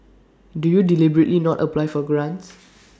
do you deliberately not apply for grants